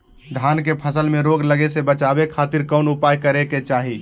धान के फसल में रोग लगे से बचावे खातिर कौन उपाय करे के चाही?